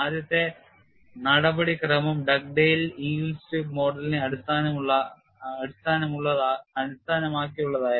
ആദ്യത്തെ നടപടിക്രമം Dugdale yield strip മോഡലിനെ അടിസ്ഥാനമാക്കിയുള്ളതായിരുന്നു